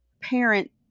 parent